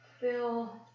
feel